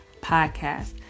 podcast